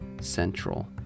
central